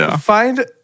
Find